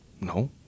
No